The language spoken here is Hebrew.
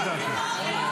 לדעתי.